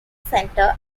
central